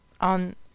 on